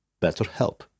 BetterHelp